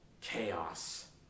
chaos